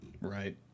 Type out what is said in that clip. right